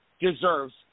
deserves